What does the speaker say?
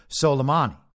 Soleimani